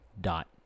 dot